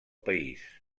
país